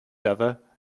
other